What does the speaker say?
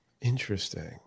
Interesting